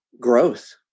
growth